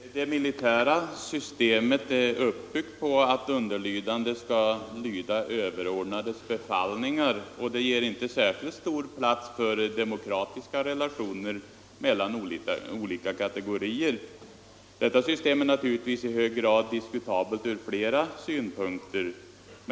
Herr talman! Det militära systemet är uppbyggt på att underlydande skall lyda överordnades befallningar, och det ger inte särskilt stor plats för demokratiska relationer mellan olika kategorier. Detta system är naturligtvis i hög grad diskutabelt ur flera synpunkter.